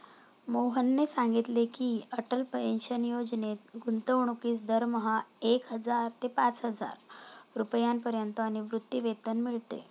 मोहनने सांगितले की, अटल पेन्शन योजनेत गुंतवणूकीस दरमहा एक हजार ते पाचहजार रुपयांपर्यंत निवृत्तीवेतन मिळते